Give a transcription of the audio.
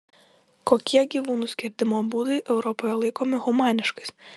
kokie gyvūnų skerdimo būdai europoje laikomi humaniškais